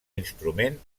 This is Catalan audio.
instrument